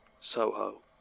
Soho